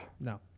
No